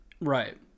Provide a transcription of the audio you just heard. right